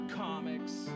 comics